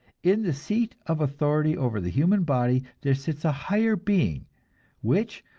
in the seat of authority over the human body there sits a higher being which,